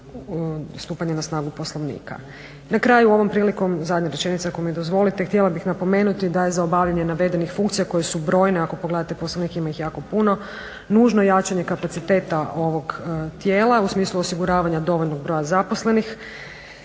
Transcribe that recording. Na kraju ovom prilikom zadnja rečenica ako mi dozvolite, htjela bih napomenuti da je za obavljanje navedenih funkcija koja su brojna ako pogledate poslovnik ima ih jako puno. Nužno jačanje kapaciteta ovog tijela u smislu osiguravanja dovoljnog broja zaposlenih